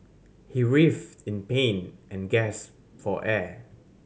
he writhed in pain and gasped for air